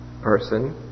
person